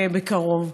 ובקרוב.